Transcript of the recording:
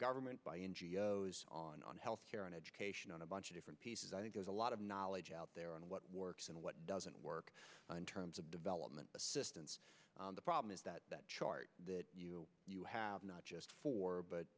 government by n g o s on health care and education on a bunch of different pieces i think there's a lot of knowledge out there on what works and what doesn't work in terms of development assistance the problem is that that chart that you have not just four but